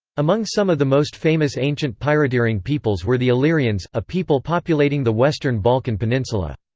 among some of the most famous ancient pirateering peoples were the illyrians, a people populating the western balkan peninsula.